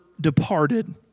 departed